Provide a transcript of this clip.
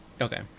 Okay